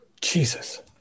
Jesus